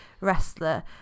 wrestler